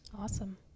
Awesome